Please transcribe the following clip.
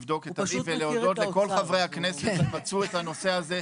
ולהודות לחברי הכנסת שמצאו את הנושא הזה,